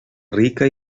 rica